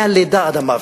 מהלידה עד המוות,